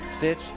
Stitch